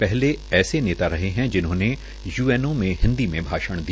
पहले ऐसे रहे है जिन्होंने यूएनओ में हिन्दी में भाषण दिया